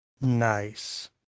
Nice